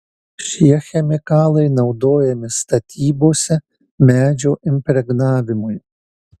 šie chemikalai naudojami statybose medžio impregnavimui